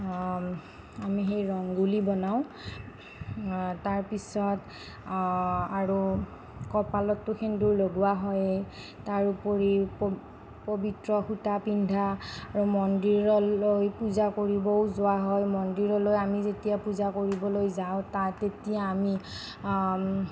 আমি সেই ৰংগুলী বনাওঁ তাৰ পিছত আৰু কপালতো সেন্দুৰ লগোৱা হৈয়েই তাৰ উপৰিও পৱিত্ৰ সূতা পিন্ধা আৰু মন্দিৰলৈ পূজা কৰিবও যোৱা হয় মন্দিৰলৈ আমি যেতিয়া পূজা কৰিবলৈ যাওঁ তাত তেতিয়া আমি